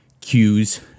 cues